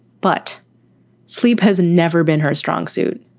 but sleep has never been her strong suit.